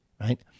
Right